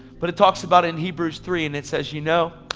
but it talks about in hebrews three, and it says you know,